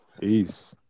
Peace